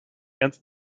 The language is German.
ernst